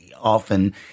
often